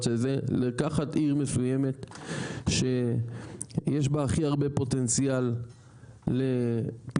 לקחת עיר מסוימת שיש בה הכי הרבה פוטנציאל לפיתוח,